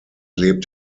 lebt